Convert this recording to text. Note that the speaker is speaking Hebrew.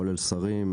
כולל שרים,